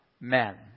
men